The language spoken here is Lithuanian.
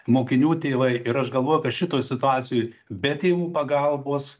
mokinių tėvai ir aš galvoju kad šitoj situacijoj be tėvų pagalbos